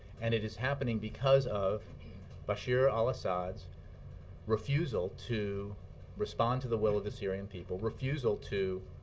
and it is happening because of bashar al-assad's refusal to respond to the will of the syrian people, refusal to